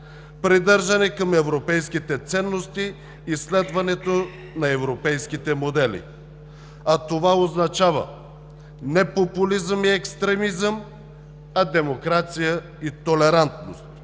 придържане към европейските ценности и следването на европейските модели. А това означава не популизъм и екстремизъм, а демокрация и толерантност,